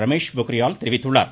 ரமேஷ் பொக்கிரியால் தெரிவித்துள்ளார்